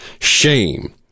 Shame